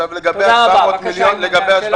הוא אמר את זה.